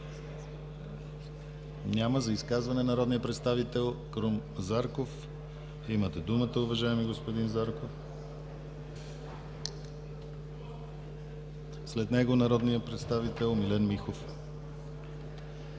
Няма. За изказване – народният представител Крум Зарков. Имате думата, уважаеми господин Зарков. След него народният представител Милен Михов.